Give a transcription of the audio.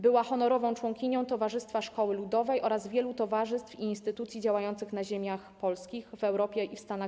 Była honorową członkinią Towarzystwa Szkoły Ludowej oraz wielu towarzystw i instytucji działających na ziemiach polskich, w Europie i USA.